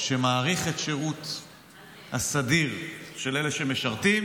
שמאריך את השירות הסדיר של אלה שמשרתים,